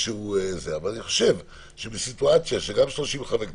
אבל אני חושב שבסיטואציה שגם 30 חברי כנסת,